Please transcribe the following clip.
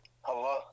Hello